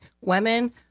Women